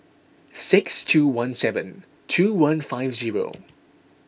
six two one seven two one five zero